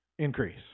Increase